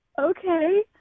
Okay